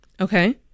Okay